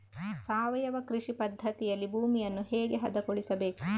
ಸಾವಯವ ಕೃಷಿ ಪದ್ಧತಿಯಲ್ಲಿ ಭೂಮಿಯನ್ನು ಹೇಗೆ ಹದಗೊಳಿಸಬೇಕು?